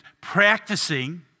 practicing